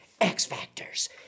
X-Factors